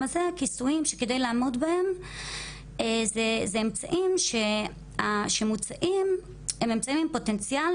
הזה כיסויים שכדאי לעמוד בהם זה אמצעים שמוצעים הם אמצעים עם פוטנציאל,